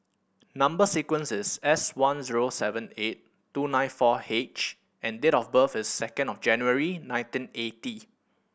number sequence is S one zero seven eight two nine four H and date of birth is second of January nineteen eighty